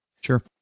Sure